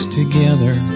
together